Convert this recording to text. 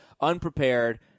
unprepared